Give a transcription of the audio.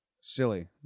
silly